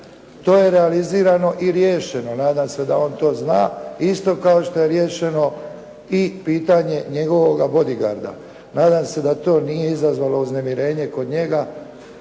to je realizirano i riješeno, nadam se da on to zna. Isto kao što je riješeno i pitanje njegovoga bodi garda. Nadam se da to nije izazvalo uznemirenje kod njega